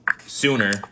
sooner